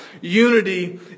unity